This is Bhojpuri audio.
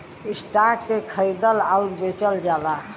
स्टॉक के खरीदल आउर बेचल जाला